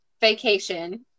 vacation